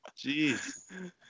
Jeez